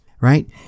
right